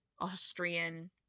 Austrian